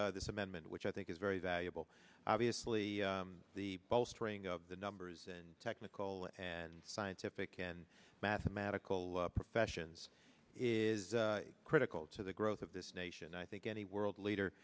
this this amendment which i think is very valuable obviously the bowstring of the numbers and technical and scientific and mathematical professions is critical to the growth of this nation i think any world leader